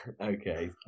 okay